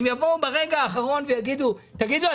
הם יבואו ברגע האחרון ויגידו: תגידו,